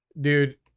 Dude